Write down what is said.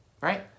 right